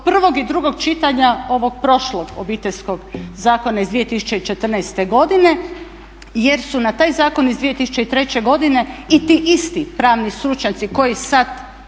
prvog i drugog čitanja ovog prošlog Obiteljskog zakona iz 2014. godine jer su na taj Zakon iz 2003. godine i ti isti pravni stručnjaci koji sad